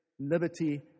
liberty